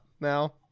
now